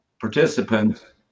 participants